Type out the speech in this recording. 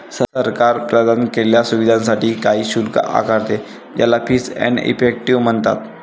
सरकार प्रदान केलेल्या सुविधांसाठी काही शुल्क आकारते, ज्याला फीस एंड इफेक्टिव म्हणतात